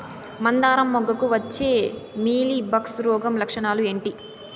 మందారం మొగ్గకు వచ్చే మీలీ బగ్స్ రోగం లక్షణాలు ఏంటి?